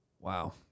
Wow